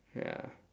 ya